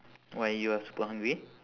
why you are super hungry